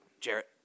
Jarrett